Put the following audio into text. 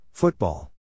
Football